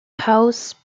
house